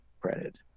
credit